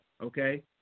okay